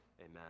Amen